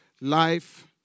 Life